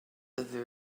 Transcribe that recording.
ydw